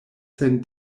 sen